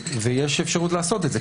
ויש אפשרות לעשות את זה.